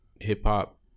hip-hop